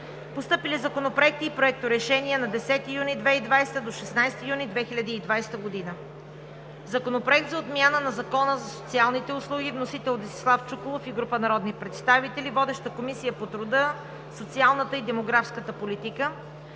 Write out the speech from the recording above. Постъпили законопроекти и проекторешения за периода 10 – 16 юни 2020 г.: Законопроект за отмяна на Закона за социалните услуги. Вносители – Десислав Чуколов и група народни представители. Водеща е Комисията по труда, социалната и демографската политика.